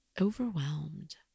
overwhelmed